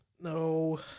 No